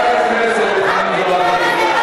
חנין זועבי.